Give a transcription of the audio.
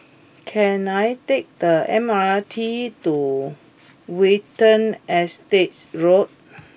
can I take the M R T to Watten Estate Road